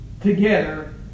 together